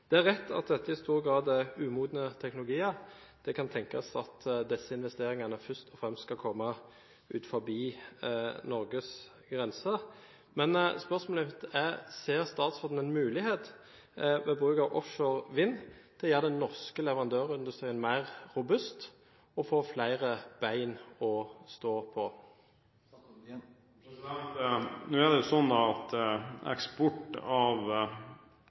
i stor grad er umodne teknologier. Det kan tenkes at disse investeringene først og fremst skal komme utenfor Norges grenser, men spørsmålet mitt er: Ser statsråden utnyttelse av offshorevind som en mulighet til å gjøre den norske leverandørindustrien mer robust og til å gi den flere ben å stå på? Nå er det slik at eksport av